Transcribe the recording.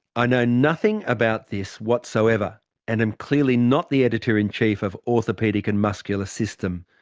i know nothing about this whatsoever and am clearly not the editor-in-chief of orthopaedic and muscular system.